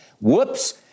Whoops